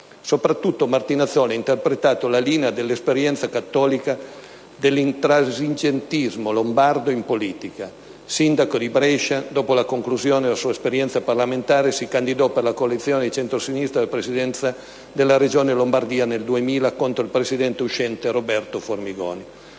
Soprattutto, Martinazzoli ha interpretato la linea dell'esperienza cattolica dell'intransigentismo lombardo in politica. Sindaco di Brescia (dal 1994 al 1998) dopo la conclusione della sua esperienza parlamentare, si candidò per la coalizione di centrosinistra alla presidenza della Regione Lombardia nel 2000 contro il presidente uscente Roberto Formigoni.